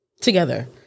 together